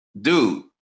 dude